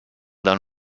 dans